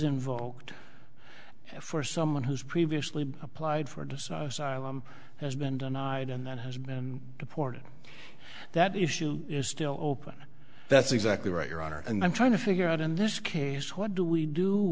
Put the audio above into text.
invoked for someone who's previously applied for decide has been denied and then has been deported that issue is still open that's exactly right your honor and i'm trying to figure out in this case what do we do